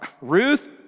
Ruth